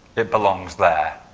it belongs there.